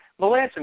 Melanson